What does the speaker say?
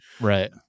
Right